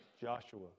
joshua